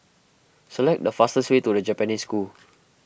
select the fastest way to the Japanese School